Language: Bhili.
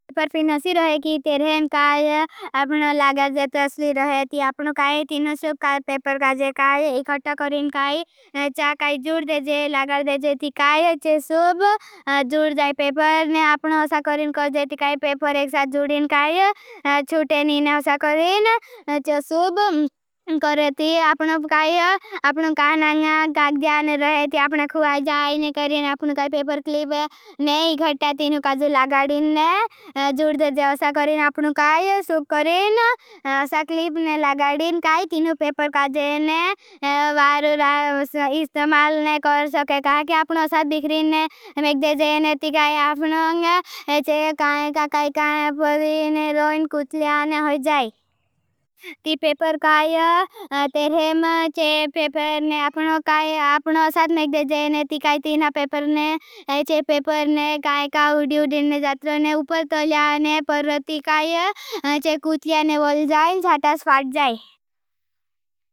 परफी नसी रहे की तेरें काई आपनो लगड़ देत तसली रहे। ती आपनो काई तीनो शुब काई पेपर काजे काई इख़टा करें। काई चा काई जूड़ देजे लगड़ देजे ती काई चे। शुब जूड़ जाई पेपर ने आपनो होसा करें। काई जैती काई पेपर एक स करें चा शुब करें। ती आपनो काई आपनो काई नंग गाग दियाने रहे। ती आपना खुआ जाई ने करें आपनो काई पेपर क्लिप ने इख़टा तीनो काजु लगड़ीन ने जूड़ देजे होसा करें। आपनो काई शुब करें होसा क्लिप ने लगड़ीन काई तीनो काई जेने वारु इस्तमाल ने कर सके। काई के आपनो साथ बिखरीन ने मेगदे जेने ती काई। आपनों चे काई काई काई परीन ने रहे ने कुछ लिया ने हो जाई। ती पेपर काई तेरे में चे पेपर ने आपनों काई आपनों साथ मेगदे जेने ती काई तीना पेपर ने चे पेपर ने काई काई उड़ी उड़ी ने जात रहे। ने उपर तोल्या ने पर ती काई चे कुछलिया ने वोल जाई जात आस फाट जाई।